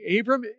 Abram